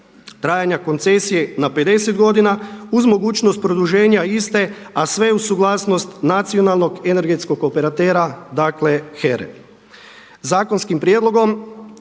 trajanja koncesije na 50 godina uz mogućnost produženja iste, a sve uz suglasnost Nacionalnog energetskog operatera dakle HERA-e. Zakonskim prijedlogom